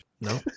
No